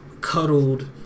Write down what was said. cuddled